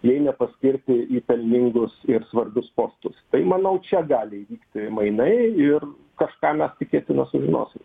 jei nepaskirti į pelningus ir svarbius postus tai manau čia gali įvykti mainai ir kažką mes tikėtina sužinosim